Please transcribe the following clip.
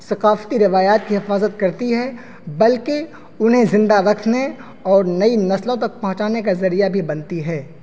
ثکافتی روایات کی حفاظت کرتی ہے بلکہ انہیں زندہ رکھنے اور نئی نسلوں تک پہنچانے کا ذریعہ بھی بنتی ہے